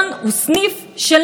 לא אמרתי את זה מעולם.